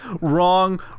wrong